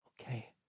Okay